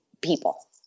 people